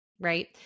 right